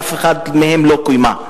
ואף אחת מהן לא קוימה.